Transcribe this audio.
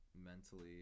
mentally